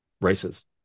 races